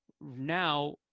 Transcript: now